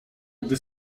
gdy